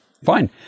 Fine